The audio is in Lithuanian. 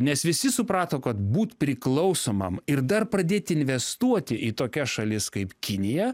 nes visi suprato kad būt priklausomam ir dar pradėti investuoti į tokias šalis kaip kinija